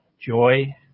joy